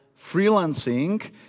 freelancing